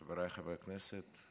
חבריי חברי הכנסת,